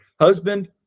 husband